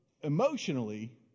emotionally